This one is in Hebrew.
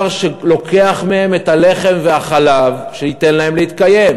שלוקח מהם את הלחם והחלב שייתנו להם להתקיים.